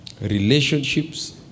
Relationships